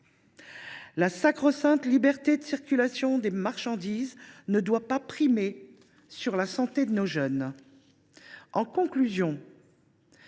La sacro sainte liberté de circulation des marchandises ne doit pas primer la santé de nos jeunes.